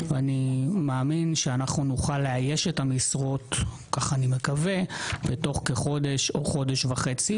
אני מאמין שנוכל לאייש את המשרות בתוך כחודש או חודש וחצי.